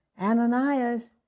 Ananias